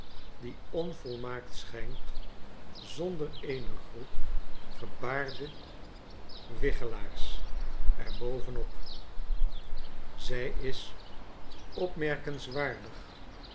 die onvolmaakt schijnt zonder eene groep gebaarde wichelaars er bovenop zij is opmerkenswaardig